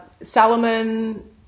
Salomon